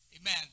Amen